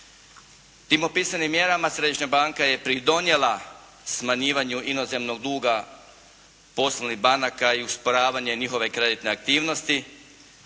Tim opisanim mjerama središnja banka je pridonijela smanjivanju inozemnog duga poslovnih banaka i usporavanje njihove kreditne aktivnosti,